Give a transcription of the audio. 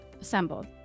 Assembled